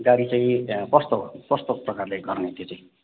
गाडी चाहियो त्यहाँ कस्तो कस्तो प्रकारले गर्ने त्यो चाहिँ